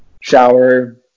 shower